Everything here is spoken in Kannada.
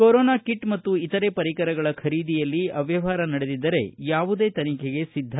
ಕೊರೊನಾ ಕಿಟ್ ಮತ್ತು ಇತರೆ ಪರಿಕರಗಳ ಖರೀದಿಯಲ್ಲಿ ಅವ್ಕವಹಾರ ನಡೆದಿದ್ದರೆ ಯಾವುದೇ ತನಿಖೆಗೆ ಸಿದ್ಧ